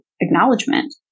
acknowledgement